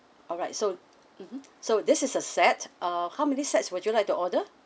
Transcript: alright so mm so this is a set err how many sets would you like to order